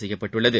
செய்யப்பட்டுள்ளது